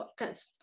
podcast